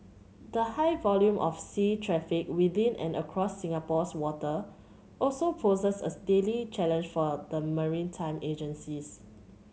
the high volume of sea traffic within and across Singapore's waters also poses a daily challenge for the maritime agencies